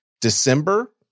December